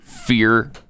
fear